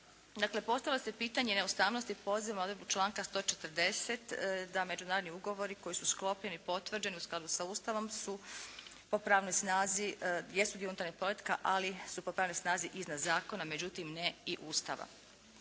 Dakle, postavlja se pitanje neustavnosti …/Govornica se ne razumije./… na odredbu članka 140. da međunarodni ugovori koji su sklopljeni, potvrđeni u skladu sa Ustavom su po pravnoj snazi jesu dio unutarnjeg poretka, ali su po pravnoj snazi iznad zakona, međutim ne i Ustava.